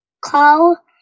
call